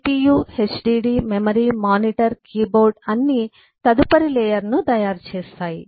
CPU HDD memory monitor keyboard అన్నీ తదుపరి layer ను తయారు చేస్తాయి